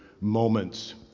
moments